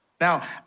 Now